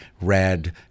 red